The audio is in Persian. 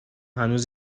هنوز